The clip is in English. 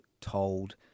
told